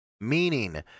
meaning